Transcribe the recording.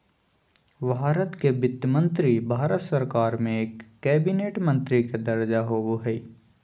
भारत के वित्त मंत्री भारत सरकार में एक कैबिनेट मंत्री के दर्जा होबो हइ